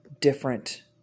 different